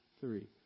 three